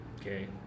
okay